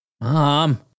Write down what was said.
Mom